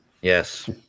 Yes